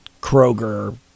Kroger